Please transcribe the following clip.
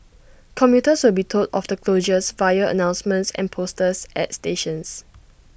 commuters will be told of the closures via announcements and posters at stations